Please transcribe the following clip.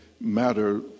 matter